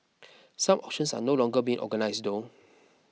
such auctions are no longer being organised though